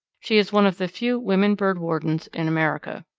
she is one of the few women bird wardens in america.